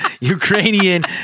Ukrainian